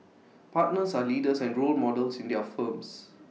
partners are leaders and role models in their firms